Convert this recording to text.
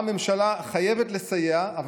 הממשלה חייבת לסייע בה,